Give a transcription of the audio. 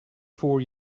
four